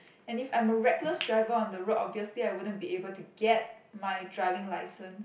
and if I'm a reckless driver on the road obviously I wouldn't be able to get my driving license